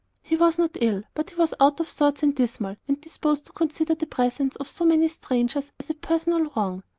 he was not ill, but he was out of sorts and dismal, and disposed to consider the presence of so many strangers as a personal wrong.